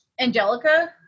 Angelica